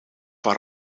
van